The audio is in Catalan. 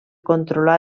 controlar